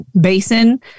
basin